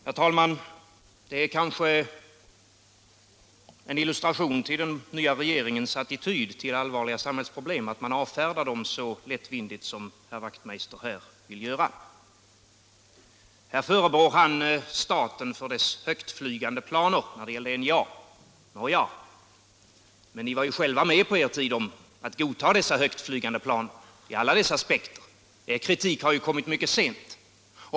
Herr talman! Det är kanske en illustration till den nya regeringens attityd till allvarliga samhällsproblem att herr Wachtmeister i Staffanstorp avfärdar de här problemen så lättvindigt. Han förebrår staten för dess ”högtflygande planer” när det gäller NJA. Nåja, ni var ju på sin tid själva med om att godta dessa ”högtflygande planer” i alla deras aspekter. Er kritik har ju kommit mycket sent.